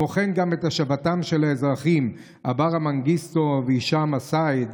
כמו כן גם את השבתם של האזרחים אברה מנגיסטו והישאם א-סייד,